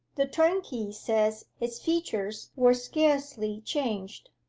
the turnkey says his features were scarcely changed,